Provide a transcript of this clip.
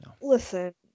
listen